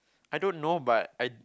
I don't know but I